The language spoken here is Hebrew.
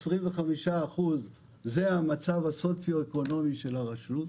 25% זה המצב הסוציו-אקונומי של הרשות.